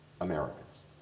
Americans